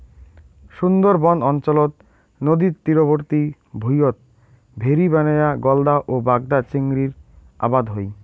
সুন্দরবন অঞ্চলত নদীর তীরবর্তী ভুঁইয়ত ভেরি বানেয়া গলদা ও বাগদা চিংড়ির আবাদ হই